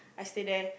I stay there